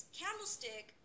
candlestick